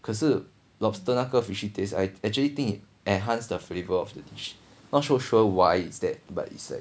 可是 lobster 那个 fishy taste I actually think it enhance the flavour of the dish not so sure why is that but it's like